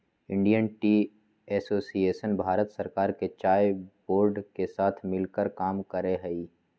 Indian tea association Bharat सरकार के चाय बोर्ड के साथ मिलकर काम करा हई